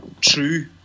true